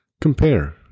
Compare